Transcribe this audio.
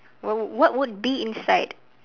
what would be inside